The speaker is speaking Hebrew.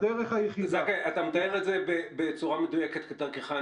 זכאי, אתה מתאר את זה בצורה מדויקת כדרכך.